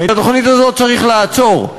את התוכנית הזאת צריך לעצור,